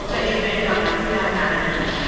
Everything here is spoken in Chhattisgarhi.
मोला एक बैंक लाभार्थी ल हटाना हे?